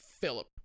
Philip